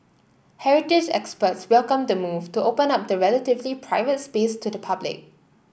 heritage experts welcomed the move to open up the relatively private space to the public